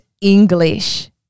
English